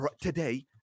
today